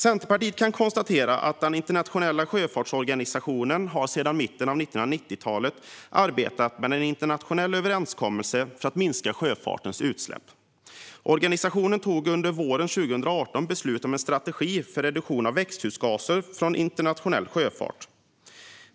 Centerpartiet kan konstatera att den internationella sjöfartsorganisationen sedan mitten av 1990-talet har arbetat med en internationell överenskommelse för att minska sjöfartens utsläpp. Organisationen tog under våren 2018 beslut om en strategi för reduktion av växthusgaser från internationell sjöfart.